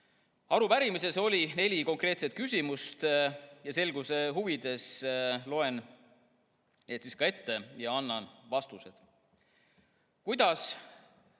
Arupärimises oli neli konkreetset küsimust. Selguse huvides loen need ette ja annan vastused. "Kuidas